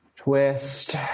Twist